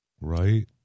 Right